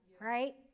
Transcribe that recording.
Right